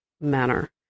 manner